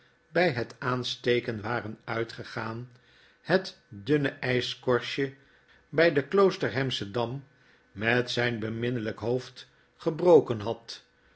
bfl het aansteken waren uitgegaan het dunne ijskorstje bfl den kioosterhamschen dam met zfln beminnelflk hoofd gebroken had